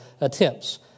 attempts